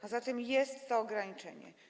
A zatem jest to ograniczenie.